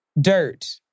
dirt